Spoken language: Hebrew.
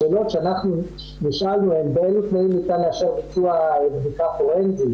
השאלות שאנחנו נשאלנו הן באילו תנאים ניתן לאשר ביצוע בדיקה פורנזית